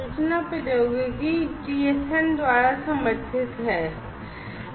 सूचना प्रौद्योगिकी TSN द्वारा समर्थित है